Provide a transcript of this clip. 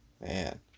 Man